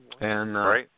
Right